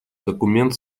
документ